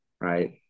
Right